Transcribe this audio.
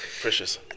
Precious